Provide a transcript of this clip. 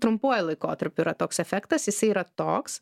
trumpuoju laikotarpiu yra toks efektas jisai yra toks